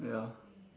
ya